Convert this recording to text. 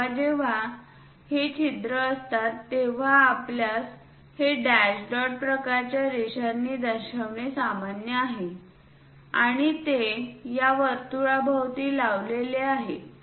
जेव्हा जेव्हा हे छिद्र असतात तेव्हा आपल्यास हे डॅश डॉट प्रकारच्या रेषांनी दर्शविणे सामान्य आहे आणि ते या वर्तुळाभोवती लावलेले आहेत